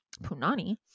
punani